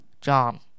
John